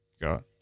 got